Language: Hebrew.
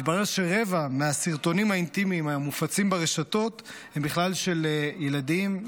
מתברר שרבע מהסרטונים האינטימיים המופצים ברשתות הם בכלל של ילדים,